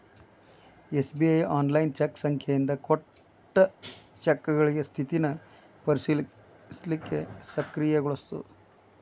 SBI online cheque ಸಂಖ್ಯೆಯಿಂದ ಕೊಟ್ಟ ಚೆಕ್ಗಳ ಸ್ಥಿತಿನ ಪರಿಶೇಲಿಸಲಿಕ್ಕೆ ಸಕ್ರಿಯಗೊಳಿಸ್ತದ